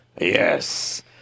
Yes